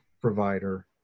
provider